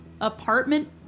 apartment